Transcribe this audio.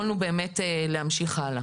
יכולנו להמשיך הלאה.